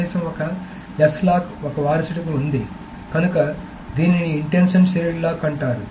కనీసం ఒక S lock ఒక వారసుడికి ఉంది కనుక దీనిని ఇంటెన్షన్ షేర్డ్ లాక్ అంటారు